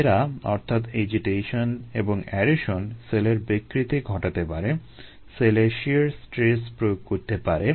এরা অর্থাৎ এজিটেশন এবং অ্যারেশন সেলের বিকৃতি ঘটাতে পারে সেলে shear stress প্রয়োগ করতে পারে